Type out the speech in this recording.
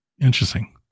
Interesting